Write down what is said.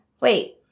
wait